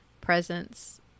presence